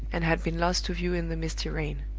and had been lost to view in the misty rain.